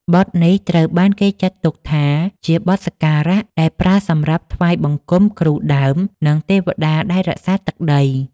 បទនេះត្រូវបានគេចាត់ទុកថាជាបទសក្ការៈដែលប្រើសម្រាប់ថ្វាយបង្គំគ្រូដើម និងទេវតាដែលរក្សាទឹកដី